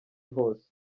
hose